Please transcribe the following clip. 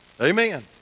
Amen